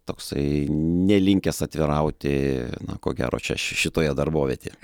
toksai nelinkęs atvirauti na ko gero čia ši šitoje darbovietėje